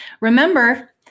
Remember